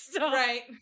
right